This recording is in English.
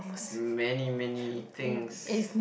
many many things